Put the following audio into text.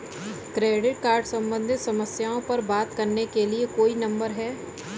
Credit card सम्बंधित समस्याओं पर बात करने के लिए कोई नंबर है?